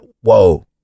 whoa